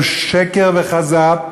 הוא שקר וכזב.